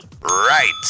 Right